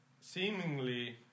seemingly